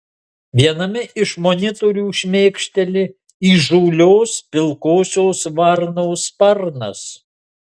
viename iš monitorių šmėkšteli įžūlios pilkosios varnos sparnas